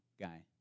guy